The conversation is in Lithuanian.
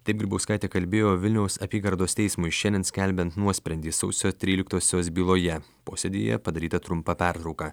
taip grybauskaitė kalbėjo vilniaus apygardos teismui šiandien skelbiant nuosprendį sausio tryliktosios byloje posėdyje padaryta trumpa pertrauka